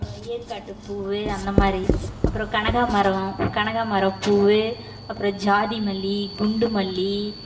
அப்புறம் ஏற்காட்டு பூ அந்த மாதிரி அப்புறம் கனகாம்பரம் கனகாம்பரம் பூ அப்புறம் ஜாதி மல்லி குண்டு மல்லி